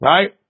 Right